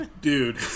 Dude